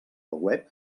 web